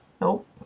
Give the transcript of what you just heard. Nope